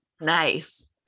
Nice